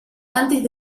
antes